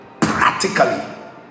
practically